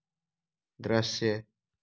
दृश्य